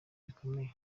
bikomeye